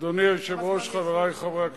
אדוני היושב-ראש, חברי חברי הכנסת,